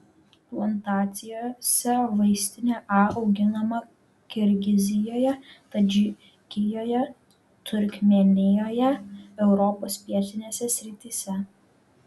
plantacijose vaistinė a auginama kirgizijoje tadžikijoje turkmėnijoje europos pietinėse srityse